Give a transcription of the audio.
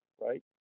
right